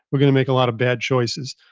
we're going to make a lot of bad choices.